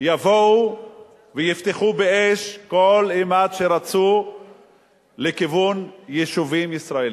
יבואו ויפתחו באש כל אימת שירצו לכיוון יישובים ישראליים.